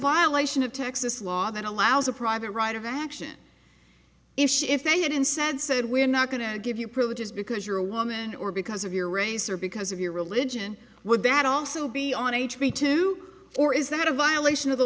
violation of texas law that allows a private right of action if she if they hadn't said said we're not going to give you privileges because you're a woman or because of your race or because of your religion would that also be on h b too or is that a violation of the